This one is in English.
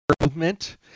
movement